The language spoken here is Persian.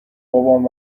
بابام